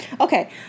Okay